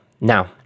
Now